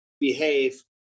behave